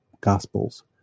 gospels